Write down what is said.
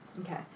Okay